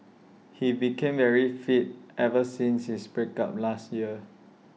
he became very fit ever since his break up last year